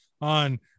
on